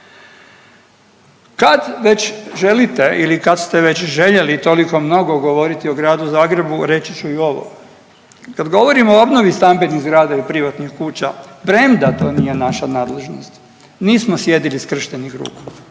Kad već želite ili kad ste već željeli toliko mnogo govoriti o Gradu Zagrebu reći ću i ovo, kad govorimo o obnovi stambenih zgrada i privatnih kuća premda to nije naša nadležnost, nismo sjedili skrštenih ruku.